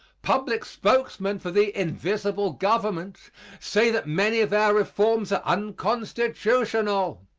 public spokesmen for the invisible government say that many of our reforms are unconstitutional.